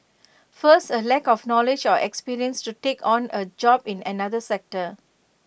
first A lack of knowledge or experience to take on A job in another sector